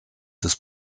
des